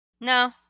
No